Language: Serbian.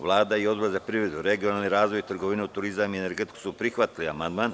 Vlada i Odbor za privredu, regionalni razvoj, trgovinu, turizam i energetiku su prihvatili amandman.